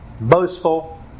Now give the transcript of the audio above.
boastful